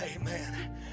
amen